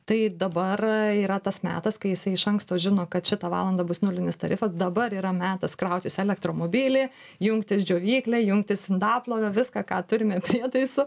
tai dabar yra tas metas kai jisai iš anksto žino kad šitą valandą bus nulinis tarifas dabar yra metas krautis elektromobilį jungtis džiovyklę jungtis indaplovę viską ką turime prietaisų